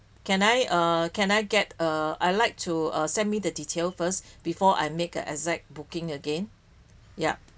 can I uh can I get uh I like to uh send me the detail first before I make an exact booking again yup